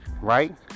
Right